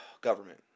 Government